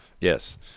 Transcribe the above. Yes